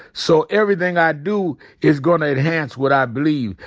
so everything i do is gonna enhance what i believe.